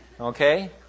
okay